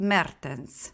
Mertens